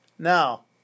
Now